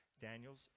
Daniel's